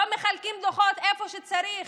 לא מחלקים דוחות איפה שצריך,